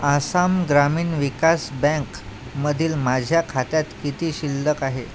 आसाम ग्रामीण विकास बँकमधील माझ्या खात्यात किती शिल्लक आहे